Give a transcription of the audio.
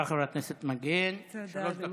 בבקשה, חברת הכנסת מגן, שלוש דקות.